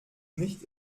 nicht